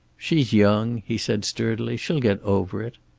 she's young, he said sturdily. she'll get over it.